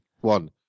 one